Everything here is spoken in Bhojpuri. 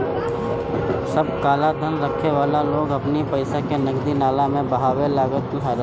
सब कालाधन रखे वाला लोग अपनी पईसा के नदी नाला में बहावे लागल रहे